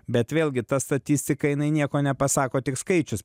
bet vėlgi ta statistika jinai nieko nepasako tik skaičius